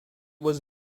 was